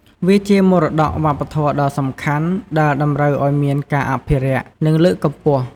វាជា មរតកវប្បធម៌ដ៏សំខាន់ ដែលតម្រូវឱ្យមានការអភិរក្ស និងលើកកម្ពស់។